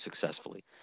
successfully